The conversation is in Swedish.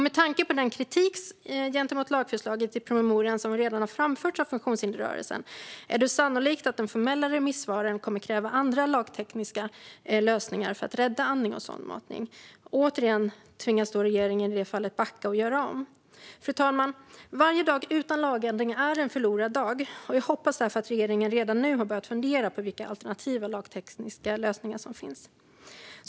Med tanke på den kritik gentemot lagförslaget i promemorian som redan har framförts av funktionshindersrörelsen är det sannolikt att de formella remissvaren kommer att kräva andra lagtekniska lösningar för att rädda andning och sondmatning. Återigen tvingas regeringen i så fall backa och göra om. Fru talman! Varje dag utan lagändring är en förlorad dag. Jag hoppas därför att regeringen redan nu har börjat fundera på vilka alternativa lagtekniska lösningar som finns.